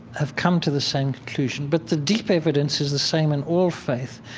have come to the same conclusion. but the deep evidence is the same in all faith.